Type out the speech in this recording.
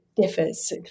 differs